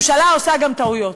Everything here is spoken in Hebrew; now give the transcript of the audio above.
ממשלה עושה גם טעויות.